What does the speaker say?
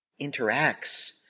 interacts